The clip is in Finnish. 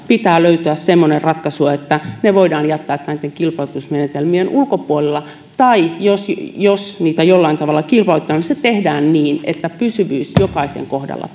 pitää löytää semmoinen ratkaisu että ne voidaan jättää näitten kilpailutusmenetelmien ulkopuolelle tai jos jos niitä jollain tavalla kilpailutetaan se tehdään niin että pysyvyys jokaisen kohdalla